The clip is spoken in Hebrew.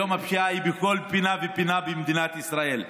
היום הפשיעה היא בכל פינה ופינה במדינת ישראל,